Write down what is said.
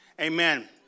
amen